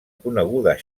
coneguda